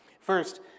first